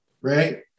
right